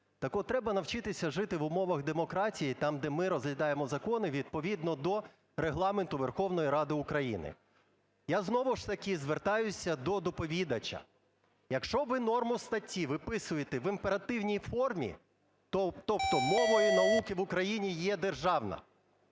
Так от, треба навчитися жити в умовах демократії, там, де ми розглядаємо закони відповідно до Регламенту Верховної Ради України. Я знову ж таки звертаюся до доповідача. Якщо ви норму статті виписуєте в імперативній формі, тобто мовою науки в Україні є державна,